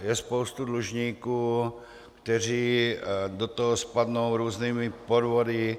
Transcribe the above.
Je spousta dlužníků, kteří do toho spadnou různými podvody.